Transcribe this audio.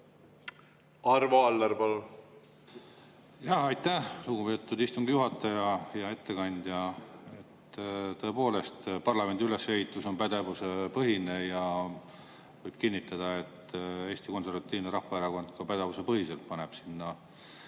Arvo Aller, palun! Aitäh, lugupeetud istungi juhataja! Hea ettekandja! Tõepoolest, parlamendi ülesehitus on pädevuspõhine ja võib kinnitada, et Eesti Konservatiivne Rahvaerakond ka pädevuspõhiselt paneb